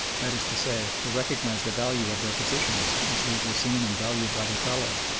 that is to say, to recognise the value of their positions as these were seen and valued by their fellows,